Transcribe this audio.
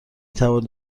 توانید